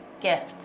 gift